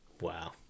Wow